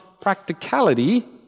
practicality